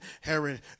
Herod